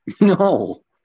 No